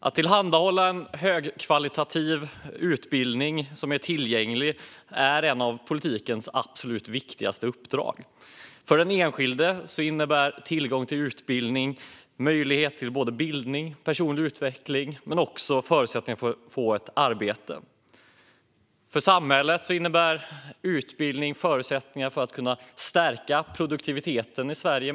Att tillhandahålla en högkvalitativ utbildning som är tillgänglig är ett av politikens viktigaste uppdrag. För den enskilde innebär tillgången till utbildning en möjlighet till både bildning och personlig utveckling. Men det ger också förutsättningar att få ett arbete. För samhället innebär utbildning förutsättningar att stärka produktiviteten i Sverige.